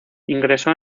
ingresó